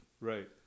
Right